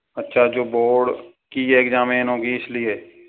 अच्छा जो बोर्ड की एग्जाम है होंगी इसलिए